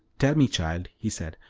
tell me, child, he said,